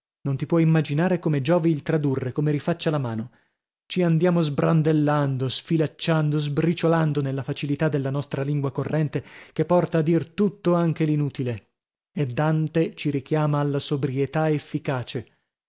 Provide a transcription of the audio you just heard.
non ti puoi immaginare come giovi il tradurre come rifaccia la mano ci andiamo sbrandellando sfilacciando sbriciolando nella facilità della nostra lingua corrente che porta a dir tutto anche l'inutile e dante ci richiama alla sobrietà efficace